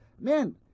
Man